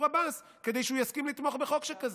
עבאס כדי שהוא יסכים לתמוך בחוק שכזה.